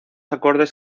acordes